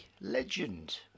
legend